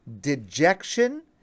dejection